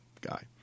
guy